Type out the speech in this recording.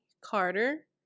Carter